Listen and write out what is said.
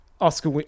Oscar